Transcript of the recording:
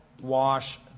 wash